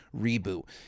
reboot